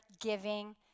giving